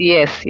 Yes